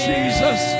Jesus